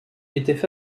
étaient